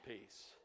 peace